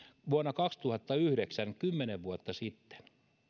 vuonna kaksituhattayhdeksän kymmenen vuotta sitten